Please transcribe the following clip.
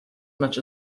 much